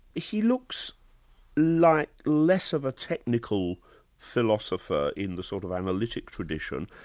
he looks like less of a technical philosopher in the sort of analytic tradition,